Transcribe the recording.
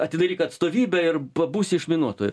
atidaryk atstovybę ir pabūsi išminuotoju